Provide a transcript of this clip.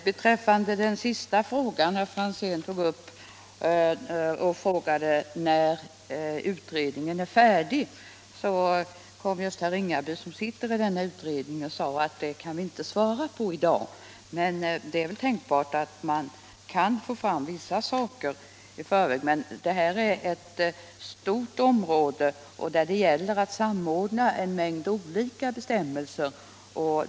Herr talman! Herr Franzén frågade när utredningen är färdig. Herr Ringaby, som är ledamot av utredningen, kom just och sade att utredningen i dag inte kan svara på det. Det är tänkbart att man kan få fram vissa saker i förväg. Men det här är ett stort område, där det gäller att samordna en mängd olika bestämmelser.